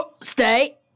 Stay